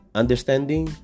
understanding